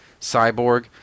Cyborg